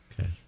Okay